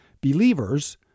believers